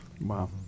wow